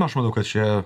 aš manau kad čia